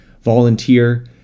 volunteer